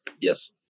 Yes